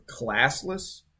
classless